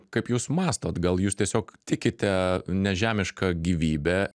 kaip jūs mąstot gal jūs tiesiog tikite nežemiška gyvybe